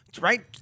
right